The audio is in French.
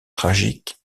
tragique